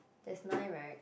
there's nine right